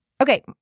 Okay